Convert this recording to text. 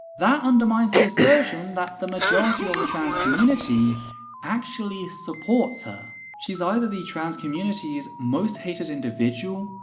that undermines the assertion that the majority of the trans community actually supports her. she's either the trans community's most hated individual,